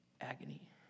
agony